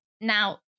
Now